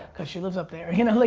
cause she lives up there or you know,